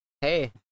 hey